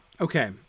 Okay